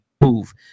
move